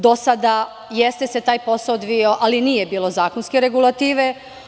Do sada se jeste taj posao odvijao, ali nije bilo zakonske regulative.